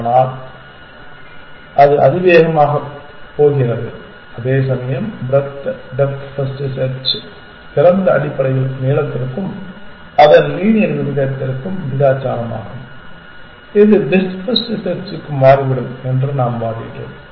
ஆகையால் அது அதிவேகமாகப் போகிறது அதேசமயம் ப்ரெத் டெப்த் ஃபர்ஸ்ட் செர்ச் திறந்த அடிப்படையில் நீளத்திற்கும் அதன் லீனியர் விகிதத்திற்கும் விகிதாசாரமாகும் இது பெஸ்ட் ஃபர்ஸ்ட் செர்ச்சுக்கு மாறிவிடும் என்று நாம் வாதிட்டோம்